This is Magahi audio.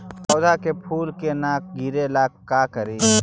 पौधा के फुल के न गिरे ला का करि?